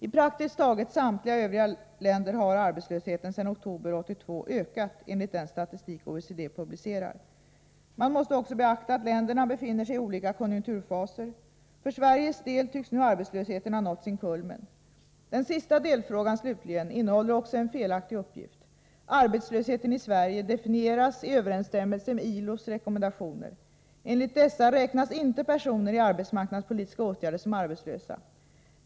I praktiskt taget samtliga övriga länder har arbetslösheten sedan oktober 1982 ökat enligt den statistik OECD publicerar. Man måste också beakta att länderna befinner sig i olika konjunkturfaser. För Sveriges del tycks nu arbetslösheten ha nått sin kulmen. Den sista delfrågan slutligen innehåller också en felaktig uppgift. Arbetslösheten i Sverige definieras i överensstämmelse med ILO:s rekommendationer. Enligt dessa räknas inte personer i arbetsmarknadspolitiska åtgärder som arbetslösa.